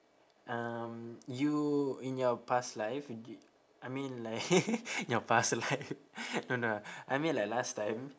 um you in your past life d~ I mean like your past life no no I mean like last time